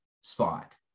spot